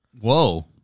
Whoa